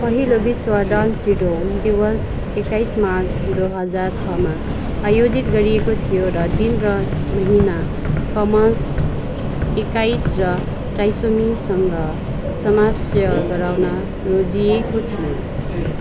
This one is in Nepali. पहिलो विश्व डाउन सिन्ड्रोम दिवस एक्काइस मार्च दो हजार छ मा आयोजित गरिएको थियो र दिन र महिना क्रमशः एक्काइस र ट्राइसोमीसँग सामञ्जस्य गराउन रोजिएको थियो